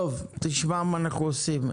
תודה.